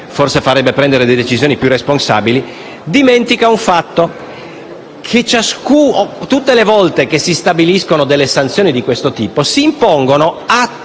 forse farebbe prendere delle decisioni più responsabili, dimentica un fatto: che tutte le volte che si stabiliscono delle sanzioni di questo tipo, si impongono a tutti